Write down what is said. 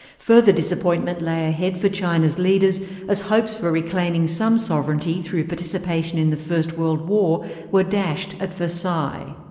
further disappointment lay ahead for china's leaders as hopes for reclaiming some sovereignty through participation in the first world war were dashed at versailles.